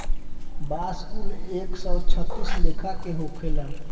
बांस कुल एक सौ छत्तीस लेखा के होखेला